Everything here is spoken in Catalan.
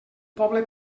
poble